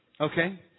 Okay